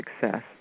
success